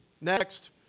Next